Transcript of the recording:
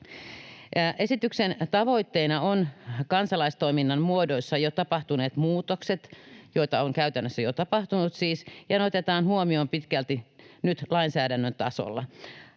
Esityksen tavoitteena on kansalaistoiminnan muodoissa jo tapahtuneet muutokset — joita on käytännössä jo tapahtunut siis — ja ne otetaan huomioon pitkälti nyt lainsäädännön tasolla.